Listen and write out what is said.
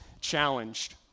challenged